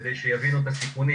כדי שיבינו את הסיכונים,